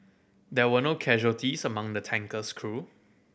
there were no casualties among the tanker's crew